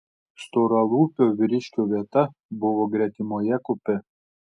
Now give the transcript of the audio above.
storalūpio vyriškio vieta buvo gretimoje kupė